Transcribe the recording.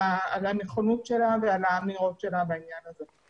הנכונות שלה ועל האמירות שלה בעניין הזה.